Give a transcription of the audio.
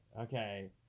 okay